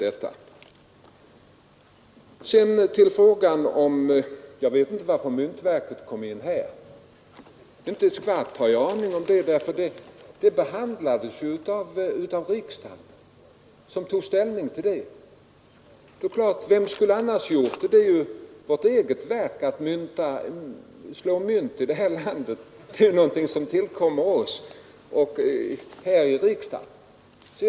Jag vet inte varför myntverket kom in i debatten; den frågan behandlades ju av riksdagen, som tog ställning till lokaliseringen. Och vem skulle annars ha gjort det? Det är vår egen uppgift att slå mynt i det här landet; det är någonting som tillkommer oss här i riksdagen att fatta beslut om.